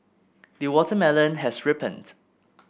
the watermelon has ripened